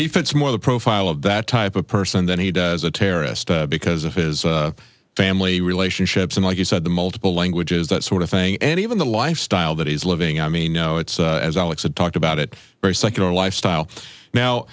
he fits more the profile of that type of person than he does a terrorist because of his family relationships and like you said the multiple languages that sort of thing and even the lifestyle that he's living i mean you know it's as alex had talked about it very secular lifestyle now